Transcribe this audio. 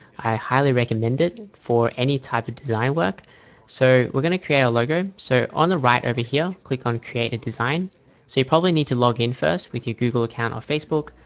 i highly recommend it for any type of design work so we're gonna create a logo so on the right over here click on create a design so you probably need to log in first with your google account or facebook.